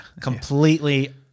completely